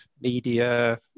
media